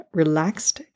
relaxed